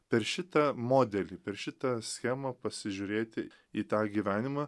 per šitą modelį per šitą schemą pasižiūrėti į tą gyvenimą